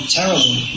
terrible